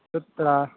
तत्र